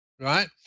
right